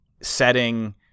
setting